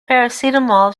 paracetamol